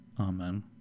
Amen